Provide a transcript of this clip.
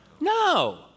No